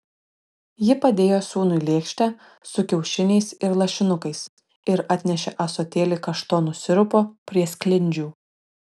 ji padėjo sūnui lėkštę su kiaušiniais ir lašinukais ir atnešė ąsotėlį kaštonų sirupo prie sklindžių